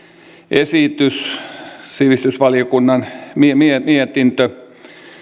esitys ja sivistysvaliokunnan mietintö